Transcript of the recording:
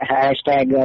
hashtag